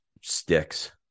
sticks